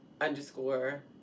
underscore